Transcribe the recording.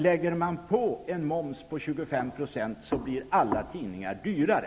Lägger man på en moms på 25 % blir alla tidningar dyrare.